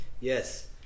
Yes